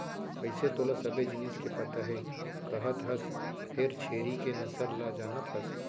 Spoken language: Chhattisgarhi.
कइसे तोला सबे जिनिस के पता हे कहत हस फेर छेरी के नसल ल जानत हस?